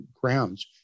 grounds